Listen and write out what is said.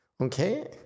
okay